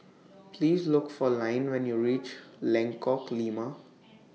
Please Look For Lynne when YOU REACH Lengkok Lima